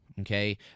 Okay